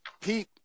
Pete